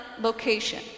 location